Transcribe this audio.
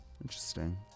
Interesting